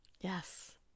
Yes